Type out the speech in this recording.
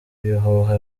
ibihuha